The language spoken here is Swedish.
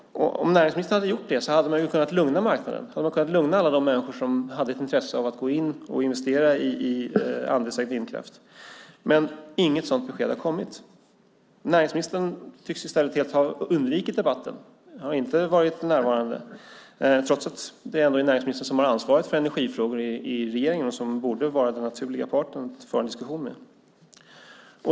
Om näringsministern hade gjort det hade man kunnat lugna marknaden och alla de människor som hade ett intresse av att gå in och investera i andelsägd vindkraft, men inget sådant besked har kommit. Näringsministern tycks i stället helt ha undvikit debatten och inte varit närvarande trots att det ändå är näringsministern som har ansvaret för energifrågor i regeringen och borde vara den naturliga parten att föra en diskussion med.